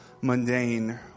mundane